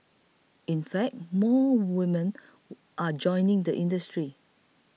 in fact more women are joining the industry